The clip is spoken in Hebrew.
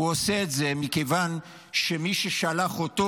הוא עושה את זה מכיוון שמי ששלח אותו